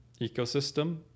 ecosystem